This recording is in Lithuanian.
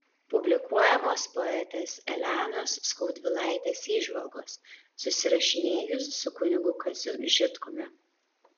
publikuojamos poetės elenos skaudvilaitės įžvalgos susirašinėjus su kunigu kaziu žitkumi